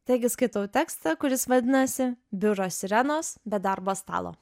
taigi skaitau tekstą kuris vadinasi biuro sirenos be darbo stalo